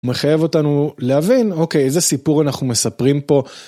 מחייב אותנו להבין, אוקיי, איזה סיפור אנחנו מספרים פה.